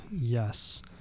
Yes